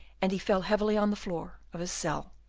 and he fell heavily on the floor of his cell,